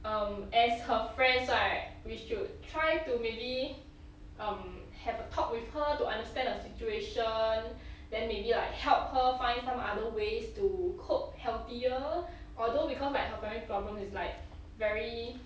um as her friend right we should try to maybe um have a talk with her to understand the situation then maybe like help her find some other ways to cope healthier although because like her family problems is like very